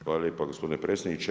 Hvala lijepa gospodine predsjedniče.